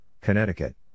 Connecticut